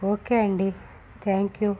okay అండి thank you